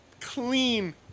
clean